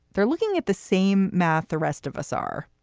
they're looking at the same math the rest of us are.